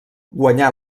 guanyà